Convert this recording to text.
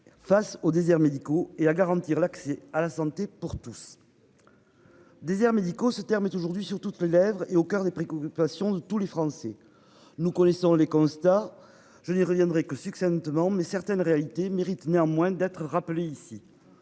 Face aux déserts médicaux, et à garantir l'accès à la santé pour tous. Déserts médicaux, ce terme est aujourd'hui sur toutes les lèvres, est au coeur des prix occupation de tous les Français. Nous connaissons les constats. Je n'y reviendrai que succinctement mais certaines réalités mérite néanmoins d'être rappelée ici.